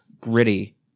gritty